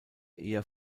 eher